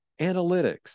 analytics